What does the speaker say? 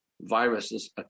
Viruses